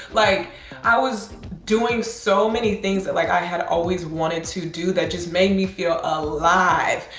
like i was doing so many things that like i had always wanted to do that just made me feel alive.